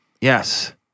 Yes